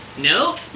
nope